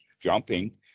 jumping